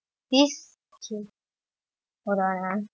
these okay hold on ah